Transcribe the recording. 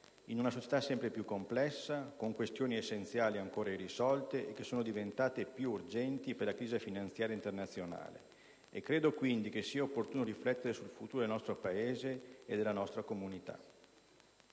in una società sempre più complessa, con questioni essenziali ancora irrisolte e che sono diventate più urgenti per la crisi finanziaria internazionale. Credo quindi che sia opportuno riflettere sul futuro del nostro Paese e della nostra comunità.